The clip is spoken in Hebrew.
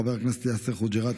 חבר הכנסת יאסר חוג'יראת,